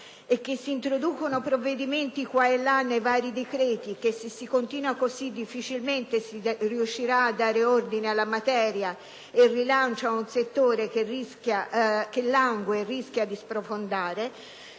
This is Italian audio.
e si introducono provvedimenti qua e là nei vari decreti e che se si continua così difficilmente si riuscirà a dare ordine alla materia e rilancio ad un settore che langue e rischia di sprofondare,